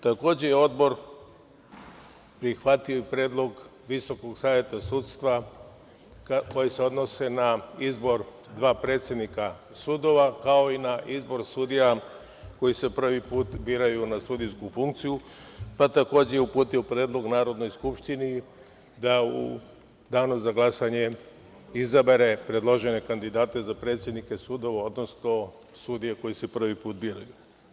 Takođe, Odbor je prihvatio i predlog Visokog saveta sudstva koji se odnosi na izbor dva predsednika sudova, kao i na izbor sudija koji se prvi put biraju na sudijsku funkciju, pa je, takođe, uputio predlog Narodnoj skupštini da u danu za glasanje izabere predložene kandidate za predsednike sudova, odnosno sudije koji se prvi put biraju.